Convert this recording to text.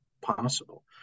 possible